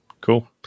Cool